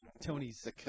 Tony's